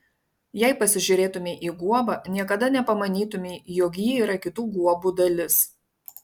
jei pasižiūrėtumei į guobą niekada nepamanytumei jog ji yra kitų guobų dalis